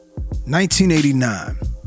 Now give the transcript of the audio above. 1989